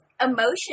emotion